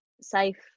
safe